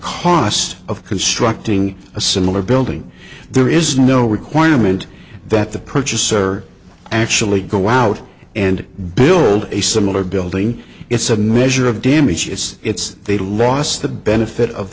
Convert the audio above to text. cost of constructing a similar building there is no requirement that the purchaser actually go out and build a similar building it's a measure of damages it's they lost the benefit of